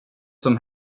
som